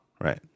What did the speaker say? Right